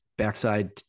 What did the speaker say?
Backside